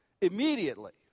immediately